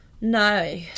No